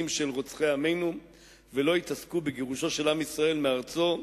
לרוצחי עמנו ולא יתעסקו בגירוש עם ישראל מארצו.